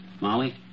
Molly